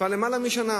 כבר יותר משנה.